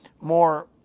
more